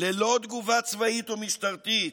ללא תגובה צבאית או משטרתית.